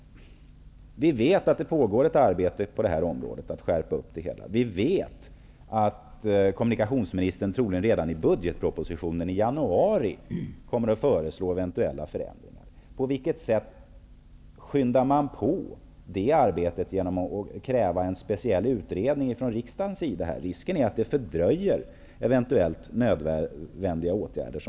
Vi vet att det pågår ett arbete med att skärpa reglerna på detta område och att kommunikationsministern troligen redan i budgetpropositionen i januari kommer att föreslå eventuella förändringar. På vilket sätt skyndar man på det arbetet genom att kräva en speciell utredning från riksdagens sida? Risken är att det fördröjer eventuellt nödvändiga åtgärder.